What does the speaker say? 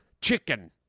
chicken